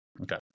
okay